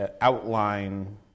outline